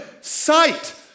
sight